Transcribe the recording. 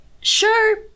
sure